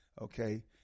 Okay